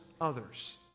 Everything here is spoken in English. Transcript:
others